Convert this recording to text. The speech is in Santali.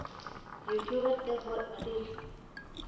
ᱤᱭᱩᱴᱩᱵᱟᱨ ᱛᱮᱦᱚᱸ ᱟᱹᱰᱤ